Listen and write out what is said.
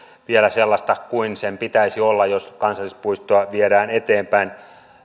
vielä sellaista kuin sen pitäisi olla jos kansallispuistoa viedään eteenpäin